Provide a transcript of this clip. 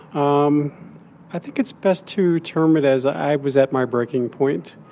um i think it's best to term it as, i was at my breaking point.